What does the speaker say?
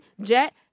jet